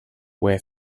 where